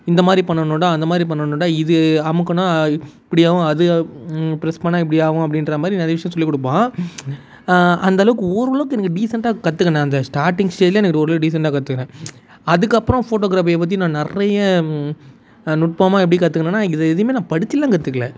இந்த மாதிரி பண்ணணும்டா அந்த மாதிரி பண்ணணும்டா இது அமுக்குனா இப்படி ஆகும் அது ப்ரெஸ் பண்ணால் இப்படி ஆகும் அப்படின்ற மாதிரி நிறைய விஷயம் சொல்லிக் கொடுப்பான் அந்தளவுக்கு ஓரளவுக்கு எனக்கு டீசெண்டாக கற்றுக்குனே அந்த ஸ்டார்ட்டிங் ஸ்டேஜில் எனக்கு ஓரளவுக்கு டீசெண்டாக கற்றுக்குனே அதுக்கப்புறம் ஃபோட்டோகிராஃபியை பற்றி நான் நிறைய நுட்பமாக எப்படி கற்றுக்குனனா இது எதையும் நான் படித்துலாம் கற்றுக்கல